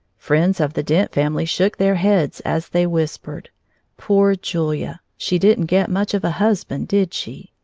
friends of the dent family shook their heads as they whispered poor julia, she didn't get much of a husband, did she?